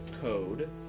code